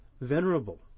venerable